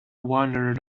wandered